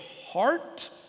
heart